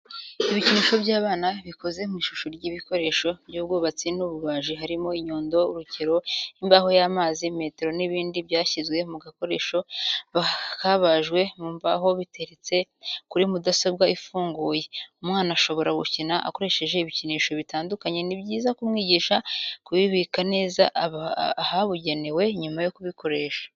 Ibikinisho by'abana bikoze mu ishusho y'ibikoresho by'ubwubatsi n'ububaji harimo inyundo, urukero, imbaho y'amazi, metero n'ibindi byashyizwe mu gakoresho kabajwe mu mbaho biteretse kuri mudasobwa ifunguye. Umwana ashobora gukina akoresheje ibikinisho bitandukanye ni byiza kumwigisha kubibika neza ahabugenewe nyuma yo kubikoresha.